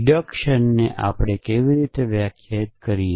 કપાતને આપણે કેવી રીતે વ્યાખ્યાયિત કરીએ